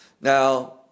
Now